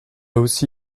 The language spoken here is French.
aussi